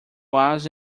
was